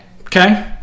okay